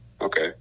Okay